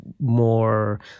more